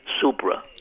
Supra